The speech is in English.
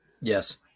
yes